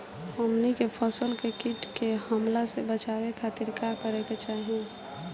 हमनी के फसल के कीट के हमला से बचावे खातिर का करे के चाहीं?